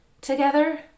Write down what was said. together